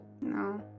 No